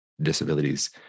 disabilities